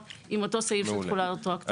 עם אותו סעיף של תחולה רטרואקטיבית.